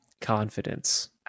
confidence